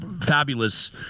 fabulous